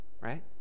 right